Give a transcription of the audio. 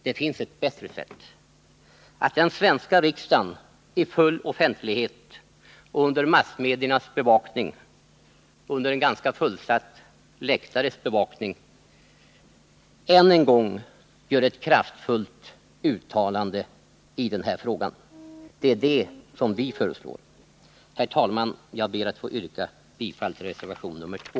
Det finns ett bättre sätt: att den svenska riksdagen i full offentlighet, under massmediernas bevakning och under en ganska fullsatt åhörarläktares bevakning än en gång gör ett kraftfullt uttalande i frågan. Det är det vi föreslår. Herr talman! Jag ber att få yrka bifall till reservationen 2.